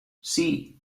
see